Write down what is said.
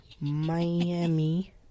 Miami